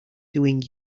doing